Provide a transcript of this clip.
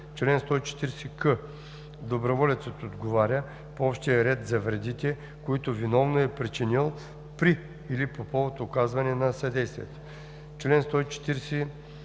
Чл. 140к. Доброволецът отговаря по общия ред за вредите, които виновно е причинил при или по повод оказването на съдействието. Чл. 140л.